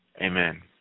Amen